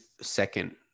second